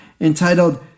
entitled